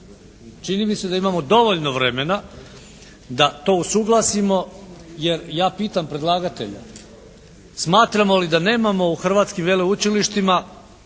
Čini mi se da imamo dovoljno vremena da to usuglasimo jer ja pitam predlagatelja smatramo li da nemamo u hrvatskim veleučilištima